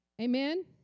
Amen